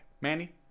Manny